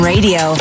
Radio